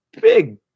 Big